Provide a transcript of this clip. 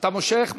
אתה מושך?